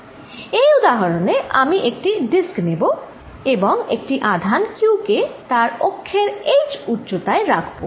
এই উদাহরনে আমি একটি ডিস্ক নেব এবং একটি আধান q কে তার অক্ষের h উচ্চতায় রাখবো